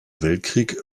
weltkrieg